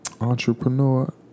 entrepreneur